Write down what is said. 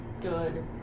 Good